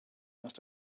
must